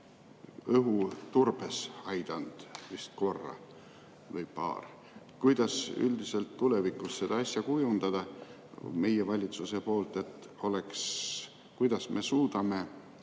õhuturbes aidanud vist korra või paar. Kuidas üldiselt tulevikus seda asja kujundada meie valitsuse poolt, kuidas me suudame